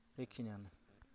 बेखिनियानो